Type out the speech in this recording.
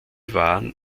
waren